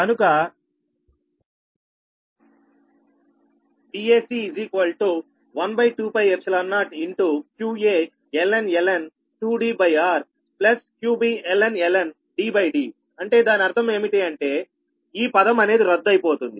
కనుక Vac 12π0qaln 2Dr qbln DD అంటే దాని అర్థం ఏమిటంటే ఈ పదం అనేది రద్దు అయిపోతుంది